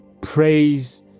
Praise